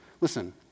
Listen